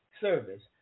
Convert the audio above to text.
service